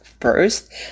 first